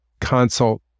consult